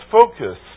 focus